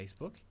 Facebook